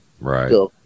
right